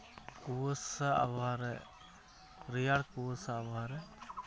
ᱠᱩᱣᱟᱹᱥᱟ ᱟᱵᱚᱦᱟᱣᱟ ᱨᱮ ᱨᱮᱭᱟᱲ ᱠᱩᱣᱟᱹᱥᱟ ᱟᱵᱚᱦᱟᱣᱟ ᱨᱮ